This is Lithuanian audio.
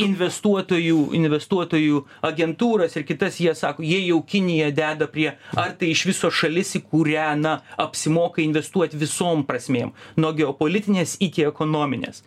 investuotojų investuotojų agentūras ir kitas jie sako jie jau kiniją deda prie ar tai iš viso šalis į kurią na apsimoka investuot visom prasmėm nuo geopolitinės iki ekonominės